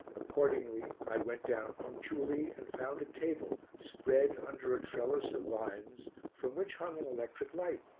accordingly i went down punctually and found a table spread under a trellis of vines from which hung an electric light.